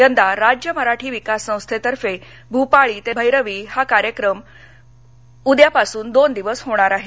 यंदा राज्य मराठी विकास संस्थेतर्फे भूपाळी ते भैरवी हा कार्यक्रम उद्यापासून दोन दिवस होणार आहे